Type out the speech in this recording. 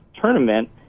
tournament